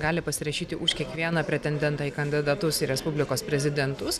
gali pasirašyti už kiekvieną pretendentą į kandidatus į respublikos prezidentus